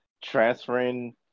transferring